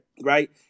right